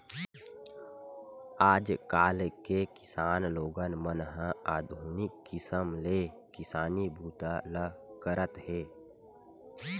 आजकाल के किसान लोगन मन ह आधुनिक किसम ले किसानी बूता ल करत हे